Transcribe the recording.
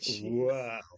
Wow